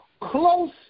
close